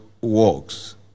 works